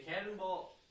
cannonball